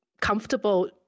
comfortable